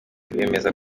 bemeza